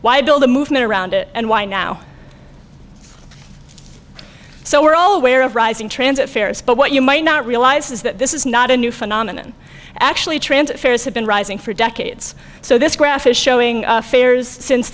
why build a movement around it and why now so we're all aware of rising transit fares but what you might not realize is that this is not a new phenomenon actually transit fares have been rising for decades so this graph is showing fares since